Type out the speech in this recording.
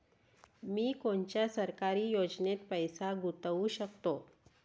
मी कोनच्या सरकारी योजनेत पैसा गुतवू शकतो?